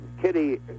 Kitty